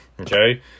Okay